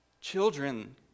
children